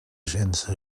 gens